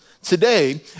Today